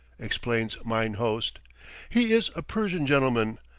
explains mine host he is a persian gentleman,